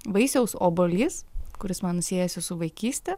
vaisiaus obuolys kuris man siejasi su vaikyste